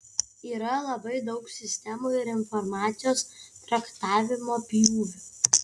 yra labai daug sistemų ir informacijos traktavimo pjūvių